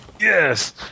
Yes